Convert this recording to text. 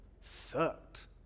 sucked